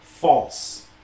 false